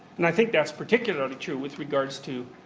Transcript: and i think that's particularly true with regards to,